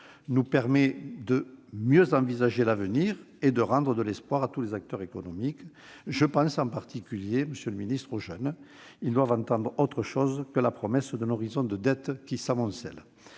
nous permet de mieux envisager l'avenir et de rendre de l'espoir à tous les acteurs économiques. Je pense en particulier aux jeunes : ils doivent entendre autre chose que la promesse d'un horizon de dettes qui s'amoncellent.